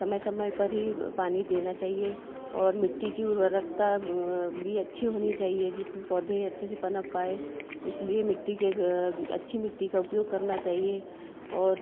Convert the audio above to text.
समय समय पर ही पानी देना चाहिए और मिट्टी की उर्वरकता भी अच्छी होनी चाहिए जिसमें पौधे अच्छे से पनप पाए इसलिए मिट्टी के अच्छी मिट्टी का उपयोग करना चाहिए और